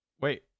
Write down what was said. Wait